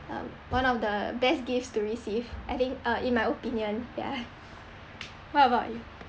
uh one of the best gifts to receive I think uh in my opinion ya what about you